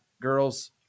girls